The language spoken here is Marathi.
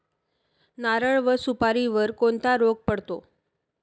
नारळ व सुपारीवर कोणता रोग पडतो?